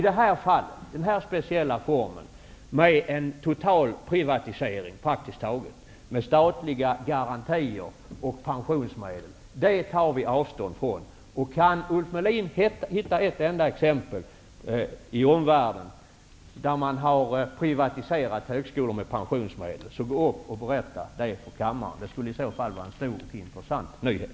Men i det här speciella fallet, dvs. en praktiskt taget total privatisering med statliga garantier och pensionsmedel, tar vi avstånd. Kan Ulf Melin hitta ett enda exempel i omvärlden där man har privatiserat högskolor med pensionsmedel, kan han väl tala om det för kammaren. Det skulle i så fall vara en stor och intressant nyhet.